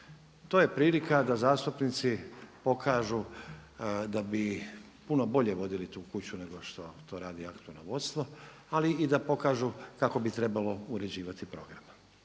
To je prilika da zastupnici pokažu da bi puno bolje vodili tu kuću nego što to radi aktualno vodstvo, ali i da pokažu kako bi trebalo uređivati program.